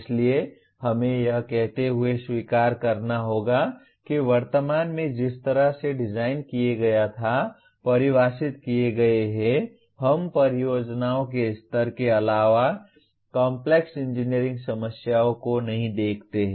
इसलिए हमें यह कहते हुए स्वीकार करना होगा कि वर्तमान में जिस तरह से डिजाइन किए गए या परिभाषित किए गए हैं हम परियोजनाओं के स्तर के अलावा कॉम्प्लेक्स इंजीनियरिंग समस्याओं को नहीं देखते हैं